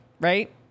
Right